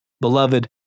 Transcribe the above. Beloved